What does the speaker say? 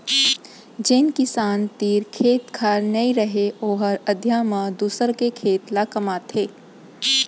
जेन किसान तीर खेत खार नइ रहय ओहर अधिया म दूसर के खेत ल कमाथे